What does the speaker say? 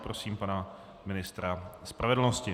Prosím pana ministra spravedlnosti.